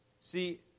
See